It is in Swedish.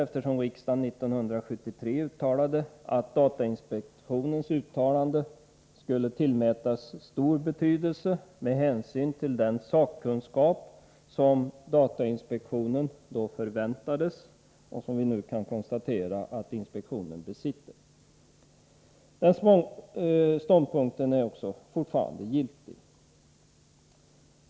År 1973 tillkännagav ju riksdagen att datainspektionens uttalande skulle tillmätas stor betydelse med hänsyn till den sakkunskap som datainspektionen då förväntades besitta — vi kan nu konstatera att datainspektionen besitter denna sakkunskap. Den ståndpunkten är således fortfarande giltig.